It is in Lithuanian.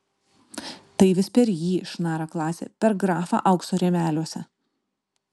tai vis per jį šnara klasė per grafą aukso rėmeliuose